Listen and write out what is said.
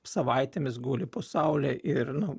savaitėmis guli po saule ir nu